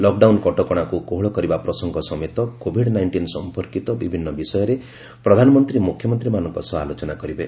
lockdown କଟକଣାକୁ କୋହଳ କରିବା ପ୍ରସଙ୍ଗ ସମେତ କୋଭିଡ୍ ନାଇଣ୍ଟିନ୍ ସମ୍ପର୍କୀତ ବିଭିନ୍ନ ବିଷୟରେ ପ୍ରଧାନମନ୍ତ୍ରୀ ମୁଖ୍ୟମନ୍ତ୍ରୀମାନଙ୍କ ସହ ଆଲୋଚନା କରିବେ